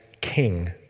king